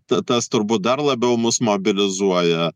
tas turbūt dar labiau mus mobilizuoja